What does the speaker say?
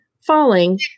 falling